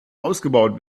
ausgebaut